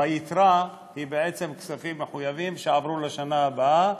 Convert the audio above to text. והיתרה היא בעצם כספים מחויבים שעברו לשנה הבאה,